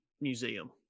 museum